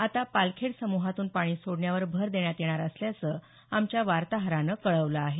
आता पालखेड समूहातून पाणी सोडण्यावर भर देण्यात येणार असल्याचं आमच्या वार्ताहरानं कळवलं आहे